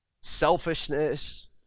selfishness